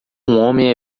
homem